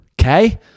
Okay